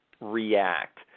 react